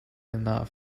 enough